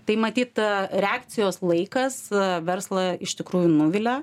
tai matyt reakcijos laikas verslą iš tikrųjų nuvilia